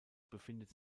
befindet